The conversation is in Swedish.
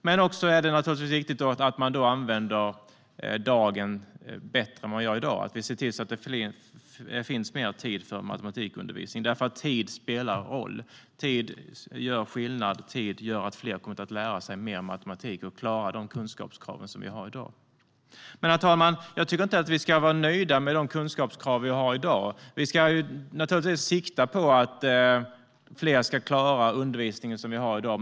Det är också viktigt att man använder dagen bättre än vad man gör i dag och att vi ser till att det finns mer tid för matematikundervisning. Tid spelar roll, tid gör skillnad och tid gör att fler kommer att lära sig matematik och klara de kunskapskrav vi har i dag. Herr talman! Jag tycker inte att vi ska vara nöjda med de kunskapskrav vi har i dag. Vi ska naturligtvis sikta på att fler ska klara undervisningen vi har i dag.